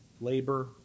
labor